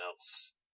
else